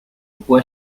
può